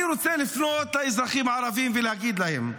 אני רוצה לפנות לאזרחים הערבים ולהגיד להם: